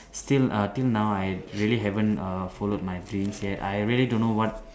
still uh till now I really haven't uh followed my dreams yet I really don't know what